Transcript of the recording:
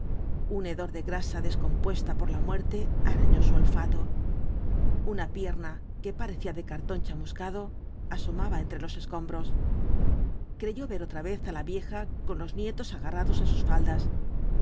un hedor de grasa descompuesta por la muerte arañó su olfato una pierna que parecía de cartón chamuscado asomaba entre los escombro creyó ver otra vez á la vieja con los nietos agarrados á sus faldas